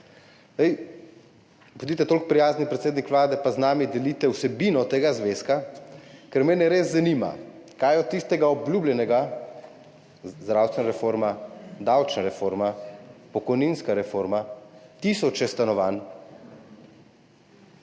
bodite toliko prijazni, predsednik Vlade, pa z nami delite vsebino tega zvezka, ker mene res zanima: Kaj od tistega obljubljenega, zdravstvena reforma, davčna reforma, pokojninska reforma, tisoče stanovanj,